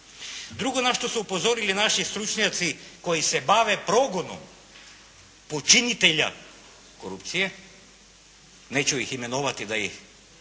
Drugo na što su upozorili naši stručnjaci koji se bave progonom počinitelja korupcije, neću ih imenovati da ih ne